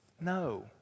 No